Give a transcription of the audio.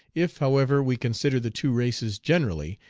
if, however, we consider the two races generally,